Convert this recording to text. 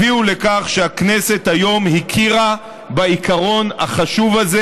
הביאו לכך שהכנסת הכירה היום בעיקרון החשוב הזה: